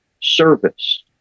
service